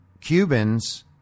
Cubans